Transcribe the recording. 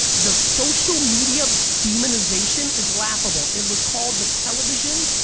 the social media demonization is laughable. it was called the television.